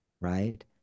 Right